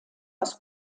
aus